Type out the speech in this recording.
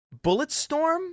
Bulletstorm